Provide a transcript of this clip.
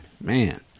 man